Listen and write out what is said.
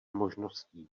možností